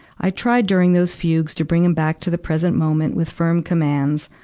i tried during those fugues to bring him back to the present moment with firm commands.